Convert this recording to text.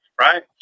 Right